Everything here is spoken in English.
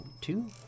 two